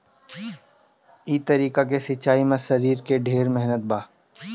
ई तरीका के सिंचाई में शरीर के ढेर मेहनत बा